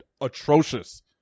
atrocious